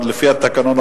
לפי התקנון,